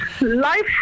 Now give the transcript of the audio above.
Life